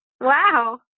Wow